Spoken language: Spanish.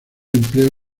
empleo